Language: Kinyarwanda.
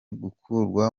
gukurwa